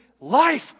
life